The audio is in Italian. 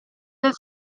del